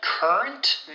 Current